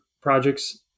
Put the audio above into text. projects